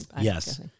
Yes